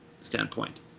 standpoint